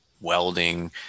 welding